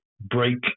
break